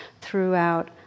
throughout